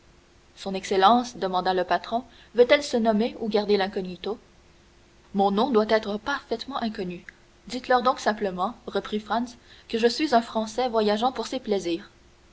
son excellence demanda le patron veut-elle se nommer ou garder l'incognito mon nom doit être parfaitement inconnu dites-leur donc simplement reprit franz que je suis un français voyageant pour ses plaisirs